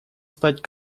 стать